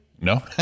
No